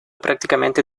prácticamente